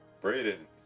Braden